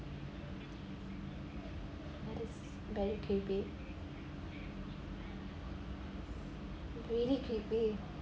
that is very creepy really creepy